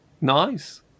Nice